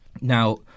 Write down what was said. Now